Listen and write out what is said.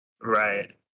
right